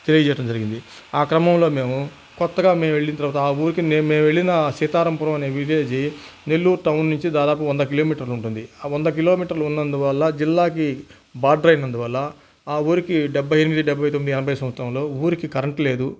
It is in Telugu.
తెలియచేయటం జరిగింది ఆ క్రమంలో మేము కొత్తగా మేము వెళ్ళిన తర్వాత ఆ ఊరికి మేము వెళ్ళిన ఆ సీతారామపురం అనే విలేజి నెల్లూరు టౌన్ నుంచి దాదాపు వంద కిలోమీటర్లు ఉంటుంది ఆ వంద కిలోమీటర్లు ఉన్నందు వల్ల జిల్లాకి బార్డర్ అయినందు వల్ల ఆ ఊరికి డెబ్బై ఎనిమిది డెబ్బై తొమ్మిది ఎనభై సంవత్సరంలో ఊరికి కరెంటు లేదు